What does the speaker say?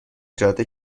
جاده